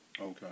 Okay